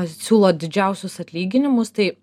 siūlo didžiausius atlyginimus tai